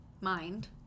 mind